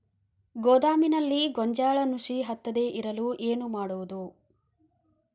ಗೋದಾಮಿನಲ್ಲಿ ಗೋಂಜಾಳ ನುಸಿ ಹತ್ತದೇ ಇರಲು ಏನು ಮಾಡುವುದು?